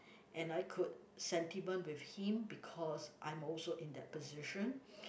and I could sentiment with him because I'm also in that position